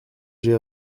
j’ai